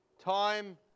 time